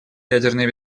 ядерной